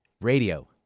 Radio